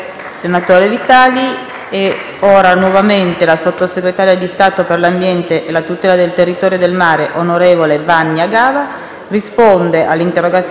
A tal proposito, si precisa che, nel caso di specie, la Regione Sicilia è impegnata nell'adozione di un nuovo Piano di gestione dei rifiuti conforme al diritto europeo,